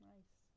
Nice